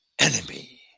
enemy